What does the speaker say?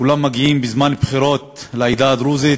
כולם מגיעים בזמן בחירות לעדה הדרוזית,